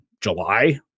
July